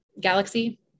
galaxy